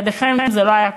בלעדיכם זה לא היה קורה.